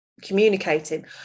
communicating